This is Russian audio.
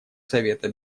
совета